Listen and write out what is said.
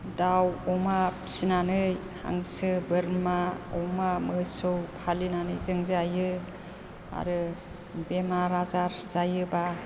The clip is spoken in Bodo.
दाउ अमा फिसिनानै हांसो बोरमा अमा मोसौ फालिनानै जों जायो आरो बेमार आजार जायोबा